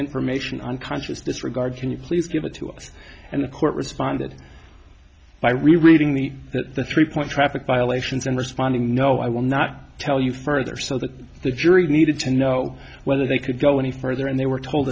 information on conscious disregard can you please give it to us and the court responded by reading the that the three point traffic violations and responding no i will not tell you further so that the jury needed to know whether they could go any further and they were told